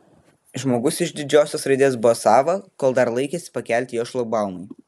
žmogus iš didžiosios raidės buvo sava kol dar laikėsi pakelti jo šlagbaumai